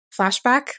flashback